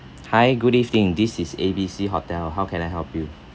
hi good evening this is A B C hotel how can I help you